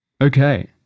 Okay